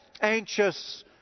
anxious